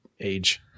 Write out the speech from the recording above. age